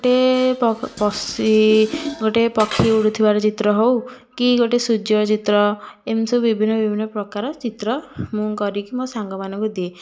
ଗୋଟେ ପଶି ଗୋଟେ ପକ୍ଷୀ ଉଡ଼ୁଥିବାର ଚିତ୍ର ହେଉ କି ଗୋଟେ ସୂର୍ଯ୍ୟ ଚିତ୍ର ଏମିତି ସବୁ ବିଭିନ୍ନ ବିଭିନ୍ନ ପ୍ରକାର ଚିତ୍ର ମୁଁ କରିକି ମୋ ସାଙ୍ଗମାନଙ୍କୁ ଦିଏ